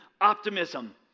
optimism